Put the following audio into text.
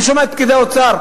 אני שומע את פקידי האוצר,